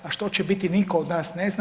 A što će biti nitko od nas ne zna.